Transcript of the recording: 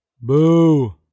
Boo